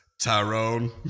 Tyrone